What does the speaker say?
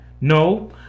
no